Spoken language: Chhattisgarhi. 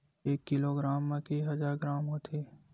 एक किलोग्राम मा एक हजार ग्राम होथे